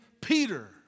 Peter